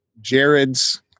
Jared's